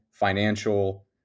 financial